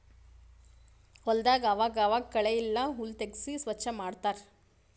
ಹೊಲದಾಗ್ ಆವಾಗ್ ಆವಾಗ್ ಕಳೆ ಇಲ್ಲ ಹುಲ್ಲ್ ತೆಗ್ಸಿ ಸ್ವಚ್ ಮಾಡತ್ತರ್